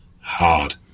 hard